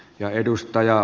arvoisa puhemies